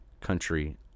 country